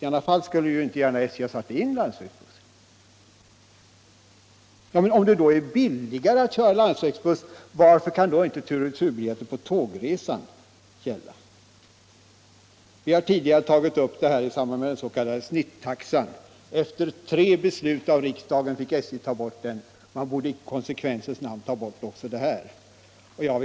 I annat fall skulle ju |inte heller SJ ha satt in en landsvägsbuss på denna sträcka. Men om det alltså är billigare att köra landsvägsbuss, varför kan då inte tur och retur-biljetten för tågresan gälla på bussen? Vi har tidigare diskuterat dessa frågor i samband med den s.k. snitttaxan, och efter tre beslut av riksdagen tvingades SJ att ta bort den taxan. Man borde i konsekvensens namn ta bort också den här taxan.